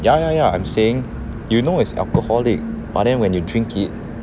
ya ya ya I'm saying you know it's alcoholic but then when you drink it